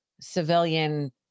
civilian